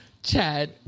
Chad